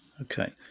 okay